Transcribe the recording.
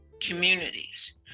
communities